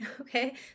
okay